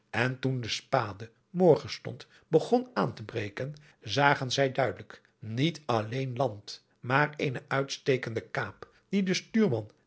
en toen de spade morgenstond begon aan te breken zagen zij duidelijk niet alleen land maar eene uitslekende kaap die de stuurman